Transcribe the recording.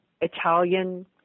Italian